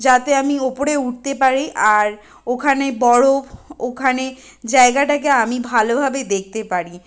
যাতে আমি ওপরে উঠতে পারি আর ওখানে বরফ ওখানে জায়গাটাকে আমি ভালোভাবে দেখতে পারি